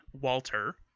walter